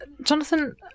Jonathan